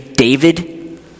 David